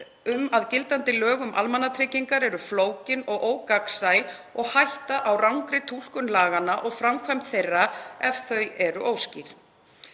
um að gildandi lög um almannatryggingar eru flókin og ógagnsæ og er hætta á rangri túlkun laganna og framkvæmd þeirra ef þau eru óskýr.